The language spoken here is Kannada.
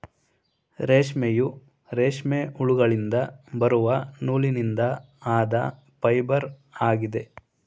ರೇಷ್ಮೆಯು, ರೇಷ್ಮೆ ಹುಳುಗಳಿಂದ ಬರುವ ನೂಲಿನಿಂದ ಆದ ಫೈಬರ್ ಆಗಿದೆ